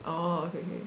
oh okay okay